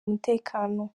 umutekano